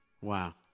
wow